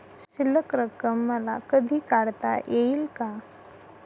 शिल्लक रक्कम मला कधी काढता येईल का?